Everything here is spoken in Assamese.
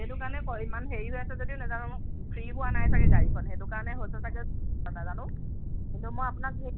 সেইটো কাৰণে ইমান হেৰি হৈ আছে যদিও নোজানোঁ ফ্ৰী হোৱা নাই চাগে গাড়ীখন সেইটো কাৰণে হৈছে চাগে নাজানোঁ কিন্তু মই আপোনাক সেই